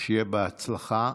ושיהיה בהצלחה.